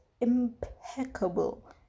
impeccable